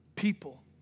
People